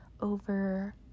over